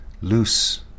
loose